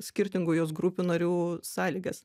skirtingų jos grupių narių sąlygas